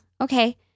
Okay